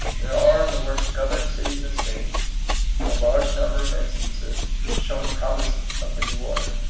there are in the worst governed cities and states a large number of in stances, showing promise of the new order.